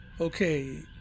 Okay